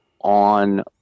on